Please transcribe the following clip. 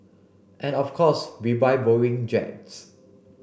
and of course we buy Boeing jets